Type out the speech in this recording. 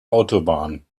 autobahn